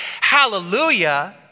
hallelujah